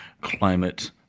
climate